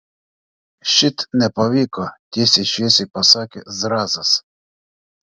šit nepavyko tiesiai šviesiai pasakė zrazas